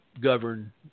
govern